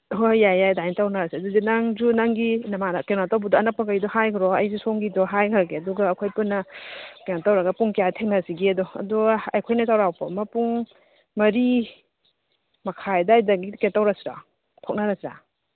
ꯍꯣꯏ ꯌꯥꯏ ꯌꯥꯏ ꯑꯗꯨꯃꯥꯏ ꯇꯧꯅꯔꯁꯤ ꯑꯗꯨꯗꯤ ꯅꯪꯁꯨ ꯅꯪꯒꯤ ꯀꯩꯅꯣ ꯇꯧꯕꯗꯣ ꯑꯅꯛꯄꯈꯩꯗꯣ ꯍꯥꯏꯈ꯭ꯔꯣ ꯑꯩꯁꯨ ꯁꯣꯝꯒꯤꯗꯣ ꯍꯥꯏꯈ꯭ꯔꯒꯦ ꯑꯗꯨꯒ ꯑꯩꯈꯣꯏ ꯄꯨꯟꯅ ꯀꯩꯅꯣ ꯇꯧꯔꯒ ꯄꯨꯡ ꯀꯌꯥ ꯊꯦꯡꯅꯁꯤꯒꯦꯗꯣ ꯑꯗꯣ ꯑꯩꯈꯣꯏꯅ ꯆꯧꯔꯥꯛꯄ ꯑꯃ ꯄꯨꯡ ꯃꯔꯤ ꯃꯈꯥꯏ ꯑꯗꯨꯋꯥꯏꯗꯒꯤ ꯀꯩꯅꯣ ꯇꯧꯔꯁꯤꯔꯣ ꯊꯣꯛꯅꯔꯁꯤꯔ